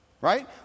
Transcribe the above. right